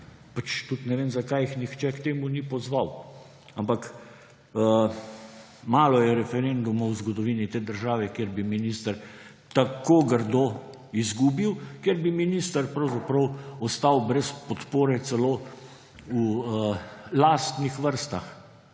Tudi ne vem, zakaj jih nihče k temu ni pozval, ampak malo je referendumov v zgodovini te države, kjer bi minister tako grdo izgubil, ker bi minister pravzaprav ostal brez podpore celo v lastnih vrstah.